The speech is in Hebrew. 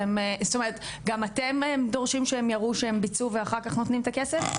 גם אתם דורשים שהם יראו שהם ביצעו ואחר כך אתם נותנים את הכסף?